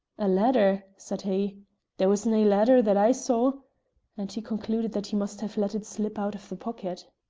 a letter! said he there was nae letter that i saw and he concluded that he must have let it slip out of the pocket.